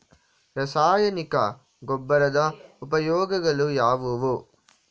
ರಾಸಾಯನಿಕ ಗೊಬ್ಬರದ ಉಪಯೋಗಗಳು ಯಾವುವು?